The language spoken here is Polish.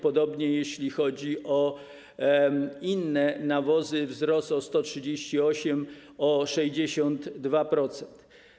Podobnie jeśli chodzi o inne nawozy - wzrost o 138 zł, o 62%.